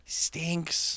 stinks